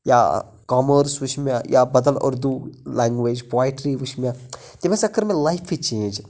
یا کامٲرٕس وٕچھ مےٚ یا بدل اُردو لنگویج پویٹری وٕچھ مےٚ تٔمۍ ہسا کٔر مےٚ لایفٕے چینج